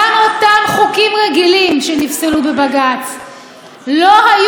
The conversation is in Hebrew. גם אותם חוקים רגילים שנפסלו בבג"ץ לא היו